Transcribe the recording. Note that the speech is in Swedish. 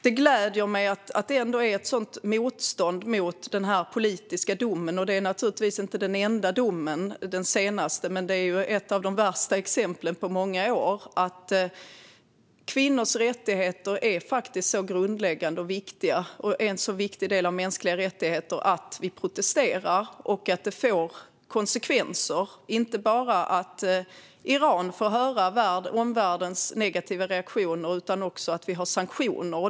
Det gläder mig att det ändå är ett sådant motstånd mot den här politiska domen, och det är naturligtvis inte den enda domen, men det är ett av de värsta exemplen på många år. Kvinnors rättigheter är faktiskt så grundläggande och viktiga och är en så viktig del av de mänskliga rättigheterna att vi protesterar, och det får konsekvenser - inte bara att Iran får höra omvärldens negativa reaktioner utan också att vi har sanktioner.